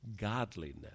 Godliness